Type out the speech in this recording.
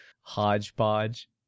hodgepodge